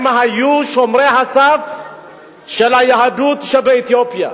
הם היו שומרי הסף של היהדות באתיופיה.